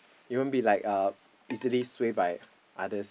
you won't be like uh easily sway by others